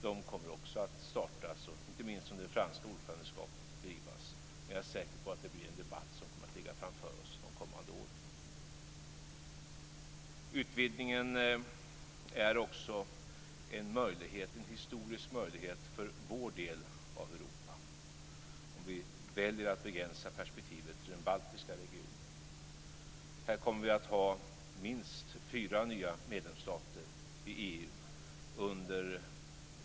De kommer också att startas och drivas, inte minst under det franska ordförandeskapet, och jag är säker på att det är en debatt som ligger framför oss under de kommande åren. Utvidgningen är också en historisk möjlighet för vår del av Europa, om vi väljer att begränsa perspektivet till den baltiska regionen. Här kommer det att bli minst fyra nya medlemsstater i EU.